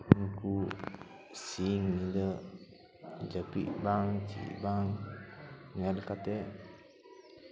ᱩᱱᱠᱩ ᱥᱤᱢ ᱧᱤᱫᱟᱹ ᱡᱟᱹᱯᱤᱫ ᱵᱟᱝ ᱪᱮᱫ ᱵᱟᱝ ᱧᱮᱞ ᱠᱟᱛᱮ